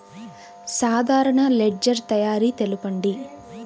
సాధారణ లెడ్జెర్ తయారి తెలుపండి?